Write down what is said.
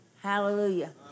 Hallelujah